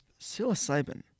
psilocybin